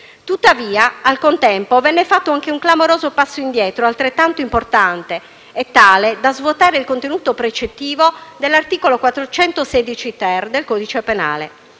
Tuttavia, al contempo, venne fatto anche un clamoroso passo indietro altrettanto importante e tale da svuotare il contenuto precettivo dell'articolo 416-*ter* del codice penale.